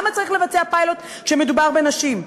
למה צריך לבצע פיילוט כשמדובר בנשים?